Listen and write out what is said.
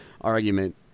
argument